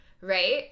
right